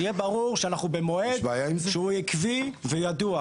שיהיה ברור שאנחנו במועד שהוא עקבי וידוע.